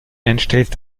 entsteht